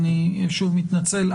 אני שוב מתנצל,